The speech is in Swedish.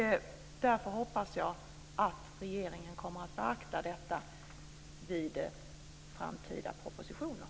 Därför hoppas jag att regeringen kommer att beakta detta vid framtida propositioner.